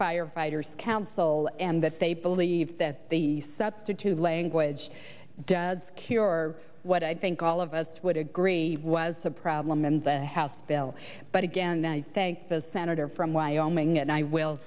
firefighters council and that they believe that the substitute language does cure what i think all of us would agree was a problem in the house bill but again i thank the senator from wyoming and i will